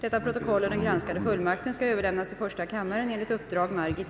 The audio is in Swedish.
Detta protokoll och den granskade fullmakten skall överlämnas till första kammaren.